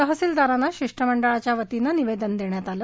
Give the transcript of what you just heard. तहसीलदारांना शिष्ठमंडळाच्यावतीने निवेदन देण्यात आले